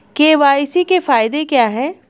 KYC के फायदे क्या है?